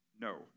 No